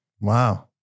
Wow